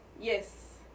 Yes